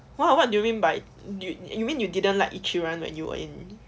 !wah! what do you mean by you do you mean you don't like ichiran when you were in